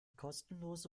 kostenlose